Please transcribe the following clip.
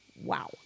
wow